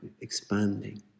expanding